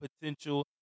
potential